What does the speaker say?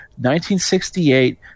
1968